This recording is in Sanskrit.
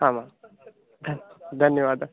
आमाम् धन् धन्यवादः